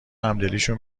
همدلیشون